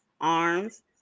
arms